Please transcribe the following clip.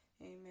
Amen